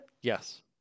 Yes